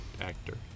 actor